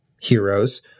heroes